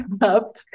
up